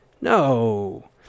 No